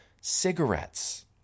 cigarettes